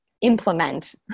implement